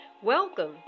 Welcome